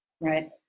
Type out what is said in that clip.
right